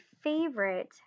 favorite